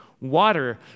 Water